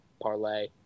parlay